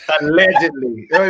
allegedly